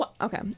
Okay